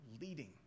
leading